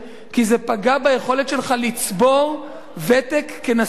כי זה פגע ביכולת שלך לצבור ותק כנשוי.